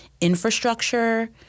infrastructure